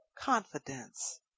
confidence